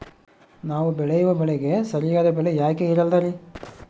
ನಾವು ಬೆಳೆಯುವ ಬೆಳೆಗೆ ಸರಿಯಾದ ಬೆಲೆ ಯಾಕೆ ಇರಲ್ಲಾರಿ?